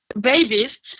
babies